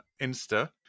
Insta